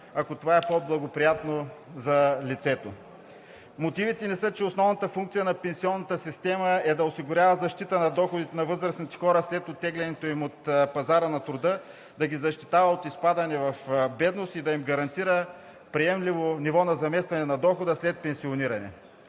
ако това е по-благоприятно за лицето. Мотивите ни са, че основната функция на пенсионната система е да осигурява защита на доходите на възрастните хора след оттеглянето им от пазара на труда, да ги защитава от изпадане в бедност и да им гарантира приемливо ниво на заместване на дохода им след пенсиониране.